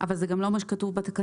אבל זה גם לא מה שכתוב בתקנה.